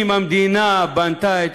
שתעסוק בנושא הזה ותנסה להסיר את